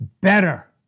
better